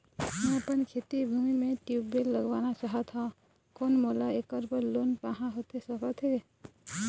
मैं अपन खेती भूमि म ट्यूबवेल लगवाना चाहत हाव, कोन मोला ऐकर बर लोन पाहां होथे सकत हे?